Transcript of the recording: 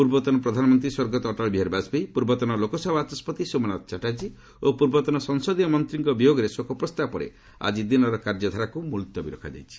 ପୂର୍ବତନ ପ୍ରଧାନମନ୍ତ୍ରୀ ସ୍ୱର୍ଗତ ଅଟଳ ବିହାରୀ ବାଜପେୟୀ ପୂର୍ବତନ ଲୋକସଭା ବାଚସ୍କତି ସୋମନାଥ ଚାଟାର୍ଜୀ ଓ ପୂର୍ବତନ ସଂସଦୀୟ ମନ୍ତ୍ରୀଙ୍କ ବିୟୋଗରେ ଶୋକ ପ୍ରସ୍ତାବ ପରେ ଆଜି ଦିନର କାର୍ଯ୍ୟଧାରାକୁ ମୁଲତବୀ ରଖାଯାଇଛି